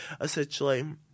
essentially